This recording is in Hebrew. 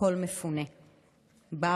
לכל מפונה בערים,